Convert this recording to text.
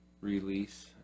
release